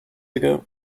ago